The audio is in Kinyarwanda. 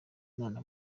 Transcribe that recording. imana